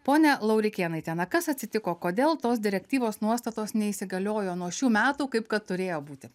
ponia laurikėnaite na kas atsitiko kodėl tos direktyvos nuostatos neįsigaliojo nuo šių metų kaip kad turėjo būti